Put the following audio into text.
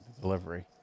delivery